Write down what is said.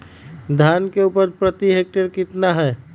धान की उपज प्रति हेक्टेयर कितना है?